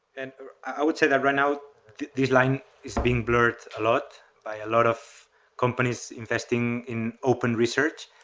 and ah i would say that right now these line is being blurred a lot by a lot of companies investing in open-research,